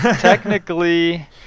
technically